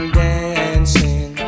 dancing